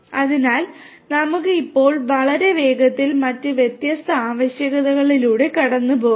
അതിനാൽ നമുക്ക് ഇപ്പോൾ വളരെ വേഗത്തിൽ മറ്റ് വ്യത്യസ്ത ആവശ്യകതകളിലൂടെ കടന്നുപോകാം